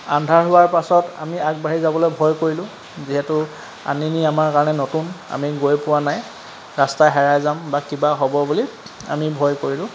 আন্ধাৰ হোৱাৰ পাছত আমি আগবাঢ়ি যাবলৈ ভয় কৰিলোঁ যিহেতু আনিনি আমাৰ কাৰণে নতুন আমি গৈ পোৱা নাই ৰাস্তা হেৰাই যাম বা কিবা হ'ব বুলি আমি ভয় কৰিলোঁ